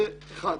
זה דבר אחד.